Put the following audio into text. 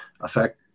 affect